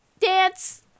Dance